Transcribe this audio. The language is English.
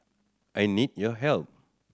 I need your help